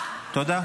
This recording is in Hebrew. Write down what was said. תודה.